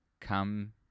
Come